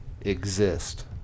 exist